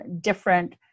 different